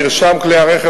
מרשם כלי-הרכב,